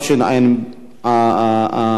התפטרות בשל לימודים במכינה קדם-צבאית),